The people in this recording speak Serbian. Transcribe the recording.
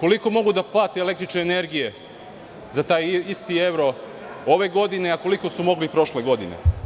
koliko mogu da plate električne energije za taj isti evro ove godine, a koliko su mogli prošle godine?